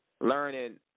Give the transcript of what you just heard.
Learning